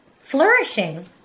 flourishing